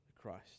Christ